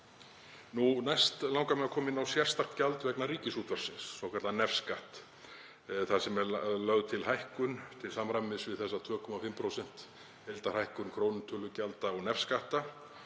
Næst langar mig að koma inn á sérstakt gjald vegna Ríkisútvarpsins, svokallaðan nefskatt, þar sem er lögð til hækkun til samræmis við 2,5% hækkun krónutölugjalda og nefskatta.